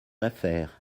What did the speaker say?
affaire